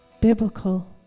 biblical